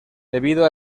debido